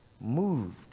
moved